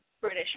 British